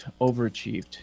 Overachieved